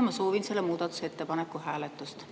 Ma soovin selle muudatusettepaneku hääletamist.